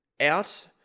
out